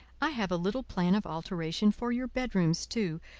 i have a little plan of alteration for your bedrooms too,